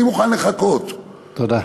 אני מוכן לחכות, תודה.